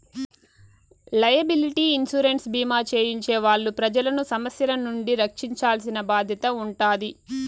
liability insurance భీమా చేయించే వాళ్ళు ప్రజలను సమస్యల నుండి రక్షించాల్సిన బాధ్యత ఉంటాది